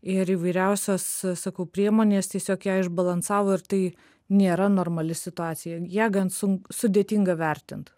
ir įvairiausios sakau priemonės tiesiog ją išbalansavo ir tai nėra normali situacija ją gan sunk sudėtinga vertint